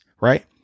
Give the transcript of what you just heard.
Right